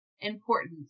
important